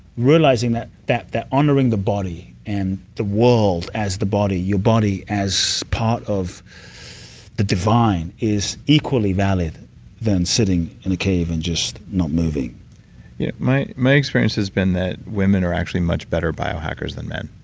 realizing that that honoring the body and the world as the body, your body as part of the divine, is equally valued than sitting in a cave and just not moving yeah. my my experience has been that women are actually much better biohackers than men.